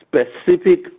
Specific